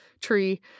tree